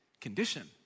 condition